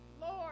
Lord